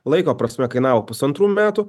laiko prasme kainavo pusantrų metų